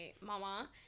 mama